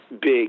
big